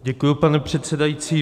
Děkuji, pane předsedající.